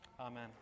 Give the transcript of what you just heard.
Amen